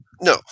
no